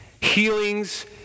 Healings